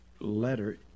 letter